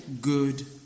good